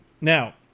Now